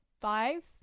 five